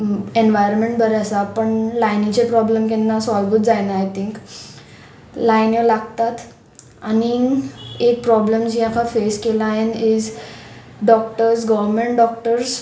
environment बरें आसा पण लायनीचे प्रोब्लम केन्ना सोल्वूच जायना आय थिंक लायन्यो लागतात आनी एक प्रोब्लम जी आसा फेस केलान इज डॉक्टर्स गव्हरमेंट डॉक्टर्स